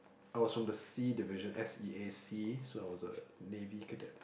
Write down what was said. I was from the sea division S_E_A sea so I was a navy cadet